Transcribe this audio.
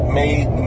made